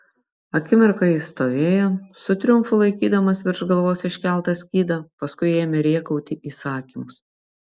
akimirką jis stovėjo su triumfu laikydamas virš galvos iškeltą skydą paskui ėmė rėkauti įsakymus